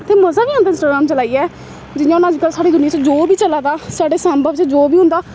ते मज़ा बी आंदा इंस्टाग्राम चलाइयै जि'यां हून अज्जकल साढ़ी दुनिया च जो बी चला दा साढ़े सांबै बिच्च जो बी होंदा